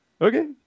Okay